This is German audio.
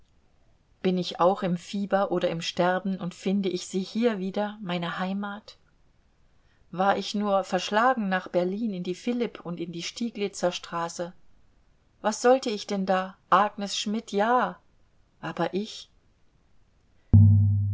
bin ich auch im fieber oder im sterben und finde ich sie hier wieder meine heimat war ich nur verschlagen nach berlin in die philipp und in die steglitzerstraße was sollte ich denn da agnes schmidt ja aber ich